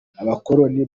abakoloni